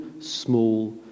small